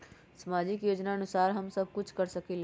सामाजिक योजनानुसार हम कुछ कर सकील?